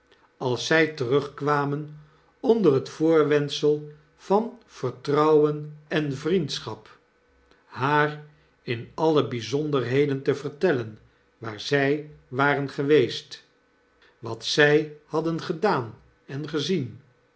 als ztj terugkwamen onder het voorwendsel van vertrouwen en vriendschap haar in alle bjjzonderheden te vertellen waar ztj waren geweest wat zg hadden gedaan en gezien